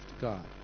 God